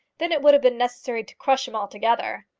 then it would have been necessary to crush him altogether.